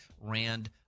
Rand